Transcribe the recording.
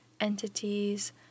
entities